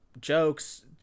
jokes